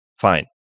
Fine